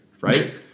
right